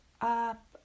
up